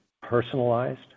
personalized